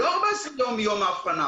ולא 14 יום מיום האבחנה.